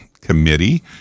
committee